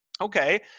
Okay